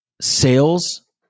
Sales